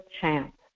chance